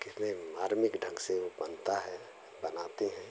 कितने मार्मिक ढंग से वो बनता है बनाती हैं